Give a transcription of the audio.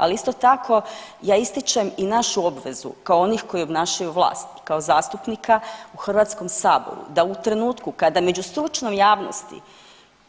Ali isto tako, ja ističem našu obvezu kao onih koji obnašaju vlast kao zastupnika u Hrvatskom saboru, da u trenutku kada među stručnom javnosti